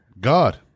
God